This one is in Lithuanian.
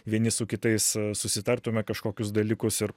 vieni su kitais susitartume kažkokius dalykus ir